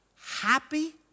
happy